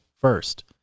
first